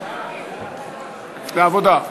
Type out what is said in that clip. לעבודה.